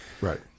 Right